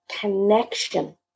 connection